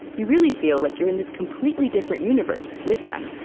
you really feel like you're in this completely different universe with them